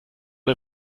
der